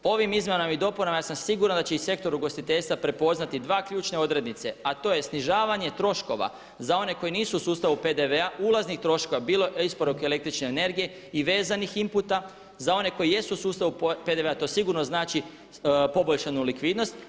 Ovim izmjenama i dopunama ja sam siguran da će i sektor ugostiteljstva prepoznati dvije ključne odrednice, a to je snižavanje troškova za one koji nisu u sustavu PDV-a, ulaznih troškova bilo isporuke električne energije i vezanih inputa za one koji jesu u sustavu PDV-a to sigurno znači poboljšanu likvidnost.